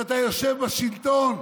כשאתה יושב בשלטון,